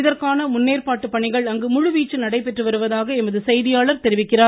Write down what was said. இதற்கான முன்னேற்பாட்டுப் பணிகள் அங்கு முழுவீச்சில் நடைபெற்று வருவதாக எமது செய்தியாளர் தெரிவிக்கிறார்